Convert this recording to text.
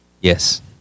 yes